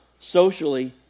socially